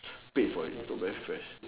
paid for it it's not very fresh